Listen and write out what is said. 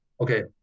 okay